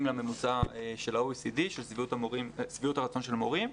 לממוצע של ה-OECD של שביעות רצון המורים.